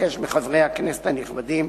אבקש מחברי הכנסת הנכבדים